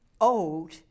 old